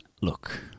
Look